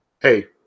hey